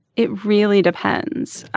it really depends.